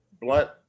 blunt